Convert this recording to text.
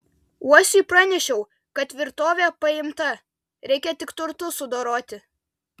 uosiui pranešiau kad tvirtovė paimta reikia tik turtus sudoroti